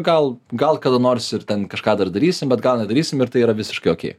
gal gal kada nors ir ten kažką dar darysim bet gal nedarysim ir tai yra visiškai okėj